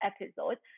episode